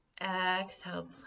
exhale